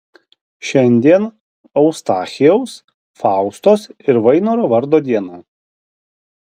šiandien eustachijaus faustos ir vainoro vardo diena